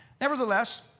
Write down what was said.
Nevertheless